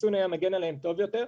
חיסון היה מגן עליהם טוב יותר.